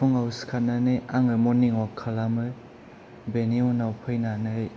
फुङाव सिखारनानै आङो मरनिं अवाक खालामो बेनि उनाव फैनानै